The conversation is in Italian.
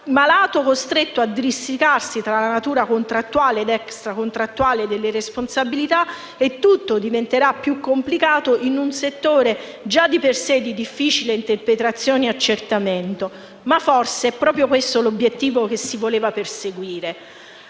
malato costretto a districarsi tra natura contrattuale ed extracontrattuale della responsabilità; e tutto diventerà più complicato in un settore già di per sé di difficile interpretazione e accertamento. Ma forse questo è proprio l'obiettivo che si voleva perseguire: